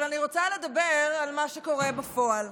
אבל אני רוצה לדבר על מה שקורה בפועל.